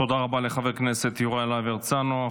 תודה רבה לחבר הכנסת יוראי להב הרצנו.